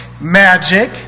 magic